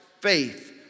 faith